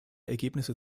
ergebnisse